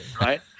Right